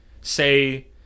say